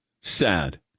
Sad